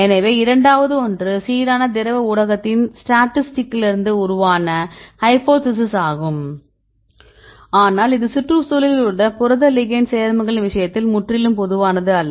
எனவே இரண்டாவது ஒன்று சீரான திரவ ஊடகத்தின் ஸ்டாடிஸ்டிக்கிலிருந்து உருவான ஹைபோதிசிஸ் ஆகும் ஆனால் இது சுற்றுச்சூழலில் உள்ள புரத லிகெண்ட் சேர்மங்களின் விஷயத்தில் முற்றிலும் பொதுவானது அல்ல